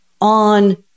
on